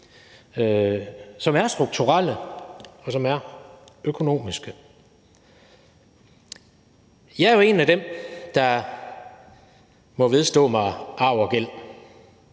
som er strukturelle og økonomiske. Jeg er jo en af dem, der må vedstå sig arv og gæld